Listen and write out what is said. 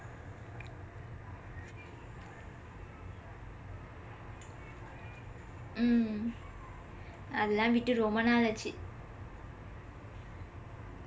mm அத எல்லாம் விட்டு ரொம்ப நாள் ஆச்சு:atha ellaam vitdu rompa naal aachsu